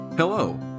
Hello